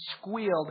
squealed